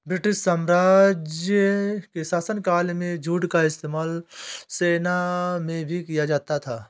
British साम्राज्य के शासनकाल में जूट का इस्तेमाल सेना में भी किया जाता था